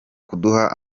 kuduha